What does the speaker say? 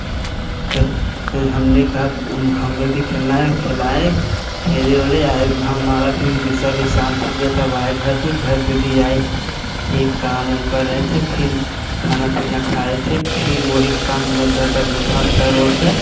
हमने कहा हमें भी खेलना है खिलाए खेले वोले आए हमारा भी गुस्सा भी शांत हो गया था हमारा घर पर घर पर भी आए एक काम उम कर रहे थे फिर खाना पीना खाए थे फिर वही कम लग घर का जो था कर उर कर